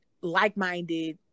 like-minded